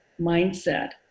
mindset